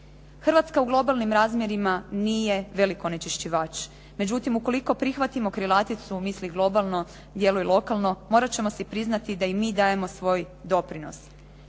Hrvatska u globalnim razmjerima nije veliki onečišćivač. Međutim, ukoliko prihvatimo krilaticu "Misli globalno, djeluj lokalno" morat ćemo si priznati da i mi dajemo svoj doprinos.